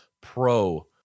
Pro